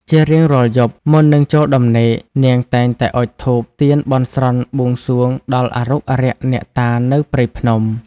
ជារៀងរាល់យប់ មុននឹងចូលដំណេក នាងតែងតែអុជធូបទៀនបន់ស្រន់បួងសួងដល់អារុក្ខអារក្ខអ្នកតានៅព្រៃភ្នំ។